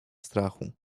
strachu